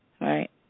right